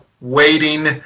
waiting